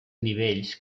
nivells